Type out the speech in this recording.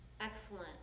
excellent